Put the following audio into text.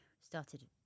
started